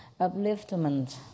upliftment